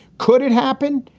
could it happen?